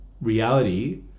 reality